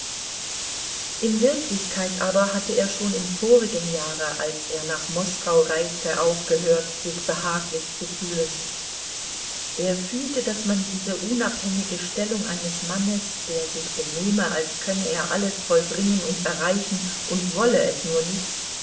in wirklichkeit aber hatte er schon im vorigen jahre als er nach moskau reiste aufgehört sich behaglich zu fühlen er fühlte daß man diese unabhängige stellung eines mannes der sich benehme als könne er alles vollbringen und erreichen und wolle es nur nicht